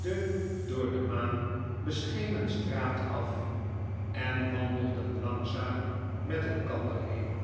de door de maan beschenen straat af en wandelden langzaam met elkander heen